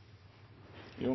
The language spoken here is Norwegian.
å